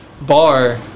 bar